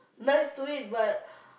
nice to eat but